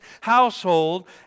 household